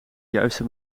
juiste